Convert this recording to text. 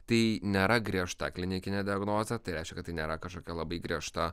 tai nėra griežta klinikinė diagnozė tai reiškia kad tai nėra kažkokia labai griežta